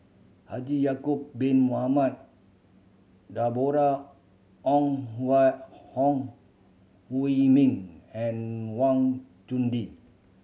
Haji Ya'acob Bin Mohamed Deborah Ong Hui Min and Wang Chunde